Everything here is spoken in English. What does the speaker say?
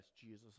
Jesus